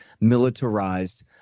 militarized